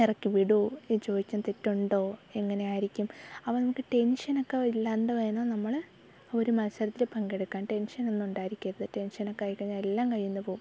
ഇറക്കി വിടോ ഈ ചോദിച്ചതിന് തെറ്റുണ്ടോ എങ്ങനെയായിരിക്കും അപ്പം നമുക്ക് ടെൻഷനക്കെ ഇല്ലാണ്ട് വേണം നമ്മൾ ഒരു മൽസരത്തിൽ പങ്കെടുക്കാൻ ടെൻഷനൊന്നും ഉണ്ടായിരിക്കരുത് ടെൻഷനക്കെ ആയി കഴിഞ്ഞാൽ എല്ലാം കയ്യിന്ന് പോകും